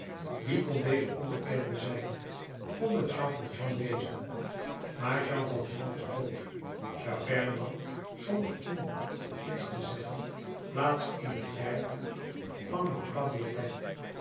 wie kon deze onbekende zijn kon het jean valjean wezen maar jean valjean was dood javert nam zonder iemand iets te zeggen plaats in t rijtuig van